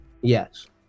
Yes